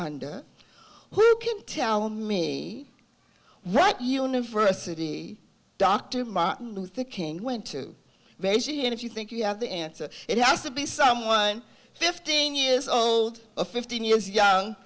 under who can tell me what university dr martin luther king went to beijing and if you think you have the answer it has to be someone fifteen years old fifteen years young